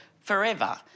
forever